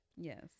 Yes